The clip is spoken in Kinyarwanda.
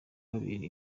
habera